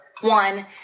one